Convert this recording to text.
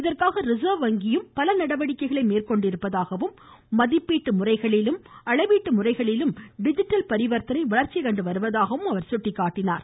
இதற்காக ரிசர்வ் வங்கியும் பல நடவடிக்கைகளை மேற்கொண்டிருப்பதாகவும் மதிப்பீட்டு முறையிலும் அளவீட்டு முறைகளிலும் டிஜிட்டல் பரிவர்த்தனை வளர்ச்சி கண்டு வருவதாகவும் சுட்டிக்காட்டினார்